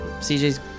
CJ's